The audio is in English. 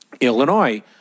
Illinois